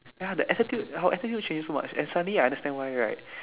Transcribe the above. ya the attitude our attitude changed so much and suddenly I understand why right